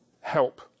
help